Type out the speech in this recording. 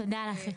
תודה לך.